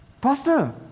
Pastor